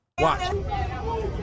Watch